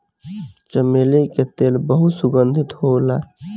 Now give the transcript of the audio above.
चमेली के तेल बहुत सुगंधित होला